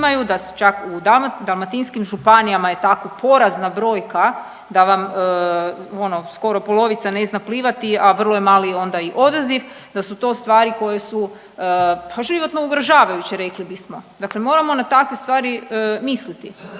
da su čak u dalmatinskim županijama je ta porazna brojka da vam ono, skoro polovica ne zna plivati, a vrlo je mali onda i odaziv, da su to stvari koje su, pa životno ugrožavajuće, rekli bismo. Dakle moramo na takve stvari misliti.